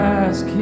ask